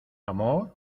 amor